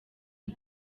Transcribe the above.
the